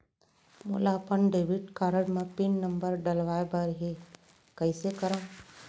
मोला अपन debit card म पिन नंबर डलवाय बर हे कइसे करव?